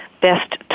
best